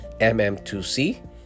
mm2c